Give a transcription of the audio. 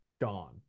Gone